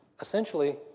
essentially